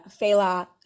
Fela